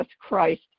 Christ